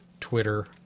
Twitter